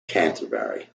canterbury